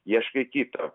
ieškai kito